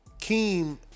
Keem